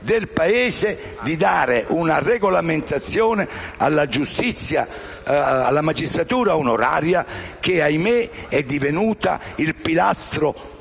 del Paese ad avere una regolamentazione della magistratura onoraria, che - ahimè - è divenuta il pilastro